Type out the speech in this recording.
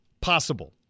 Possible